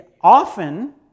often